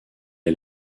est